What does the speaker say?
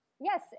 Yes